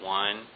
one